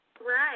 Right